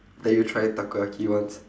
let you try takoyaki once